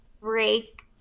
break